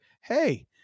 hey